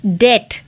debt